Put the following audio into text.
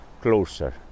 closer